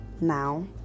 now